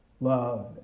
love